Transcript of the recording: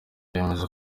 yemeza